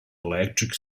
electric